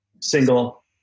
single